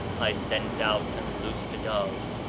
i sent out and loosed a dove.